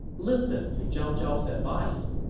listen to zhang zhao's advice.